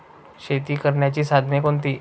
शेती करण्याची साधने कोणती?